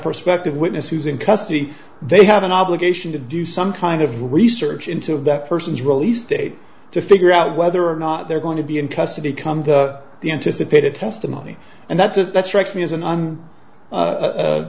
prospective witness who's in custody they have an obligation to do some kind of research into that person's release date to figure out whether or not they're going to be in custody come the the anticipated testimony and that says that strikes me as an